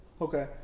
okay